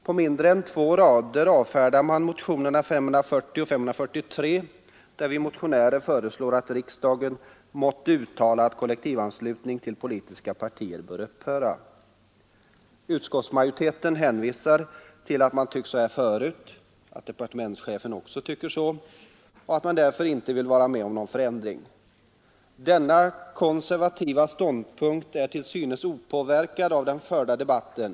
På mindre än två rader avfärdar utskottsmajoriteten motionerna 540 och 543, där vi motionärer föreslår att riksdagen måtte uttala att kollektivanslutning till politiska partier bör upphöra. Man hänvisar till att man har tyckt så här förut och att departementschefen också tycker så, och därför vill man inte vara med om någon förändring. Denna konservativa ståndpunkt är till synes opåverkad av den förda debatten.